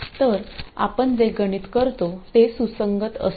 तर आपण जे गणित करतो ते सुसंगत असते